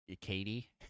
Katie